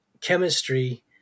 chemistry